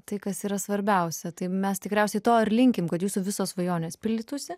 tai kas yra svarbiausia tai mes tikriausiai to ir linkim kad jūsų visos svajonės pildytųsi